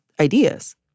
ideas